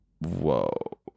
Whoa